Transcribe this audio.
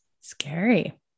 Scary